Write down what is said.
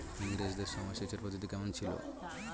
ইঙরেজদের সময় সেচের পদ্ধতি কমন ছিল?